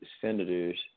senators